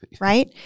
right